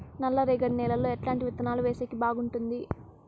నల్లరేగడి నేలలో ఎట్లాంటి విత్తనాలు వేసేకి బాగుంటుంది?